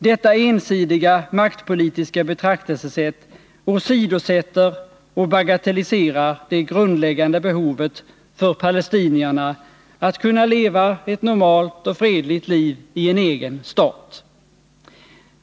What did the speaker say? Detta ensidiga maktpolitiska betraktelsesätt åsidosätter och bagatelliserar det grundläggande behovet för palestinierna att kunna leva ett normalt och fredligt liv i en egen stat.